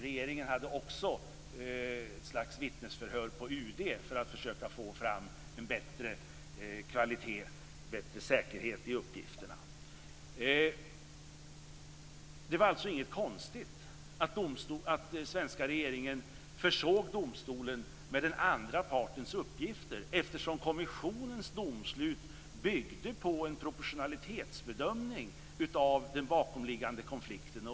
Regeringen hade också ett slags vittnesförhör på UD för att försöka få fram en bättre kvalitet och bättre säkerhet i uppgifterna. Det var alltså inget konstigt att den svenska regeringen försåg domstolen med den andra partens uppgifter, eftersom kommissionens domslut byggde på en proportionalitetsbedömning av den bakomliggande konflikten.